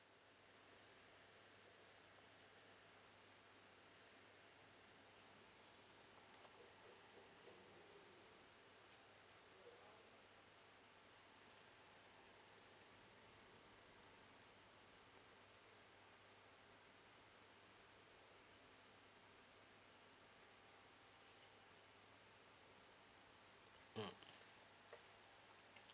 mm